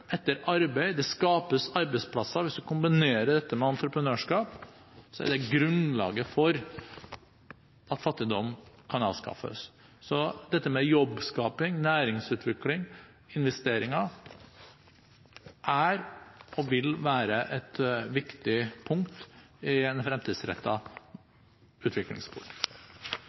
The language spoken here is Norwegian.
etter arbeid, det skapes arbeidsplasser. Hvis man kombinerer dette med entreprenørskap, er det grunnlaget for at fattigdom kan avskaffes. Så dette med jobbskaping, næringsutvikling og investeringer er og vil være et viktig punkt i en fremtidsrettet utviklingspolitikk.